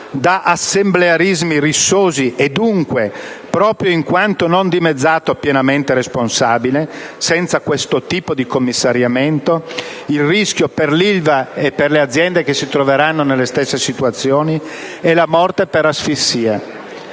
da assemblearismi rissosi e dunque, proprio in quanto non dimezzato, pienamente responsabile, il rischio per l'Ilva e le aziende che si troveranno nelle stesse situazioni è la morte per asfissia.